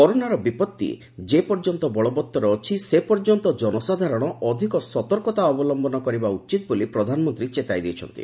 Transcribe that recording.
କରୋନାର ବିପଭି ଯେପର୍ଯ୍ୟନ୍ତ ବଳବତ୍ତର ଅଛି ସେ ପର୍ଯ୍ୟନ୍ତ ଜନସାଧାରଣ ଅଧିକ ସତର୍କତା ଅବଲମ୍ଭନ କରିବା ଉଚିତ ବୋଲି ପ୍ରଧାନମନ୍ତ୍ରୀ ଚେତାଇ ଦେଇଛନ୍ତି